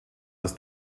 das